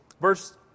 Verse